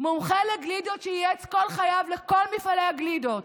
מומחה לגלידות שייעץ כל חייו לכל מפעלי הגלידות.